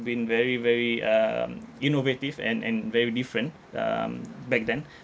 been very very um innovative and and very different um back then